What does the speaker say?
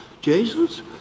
Jesus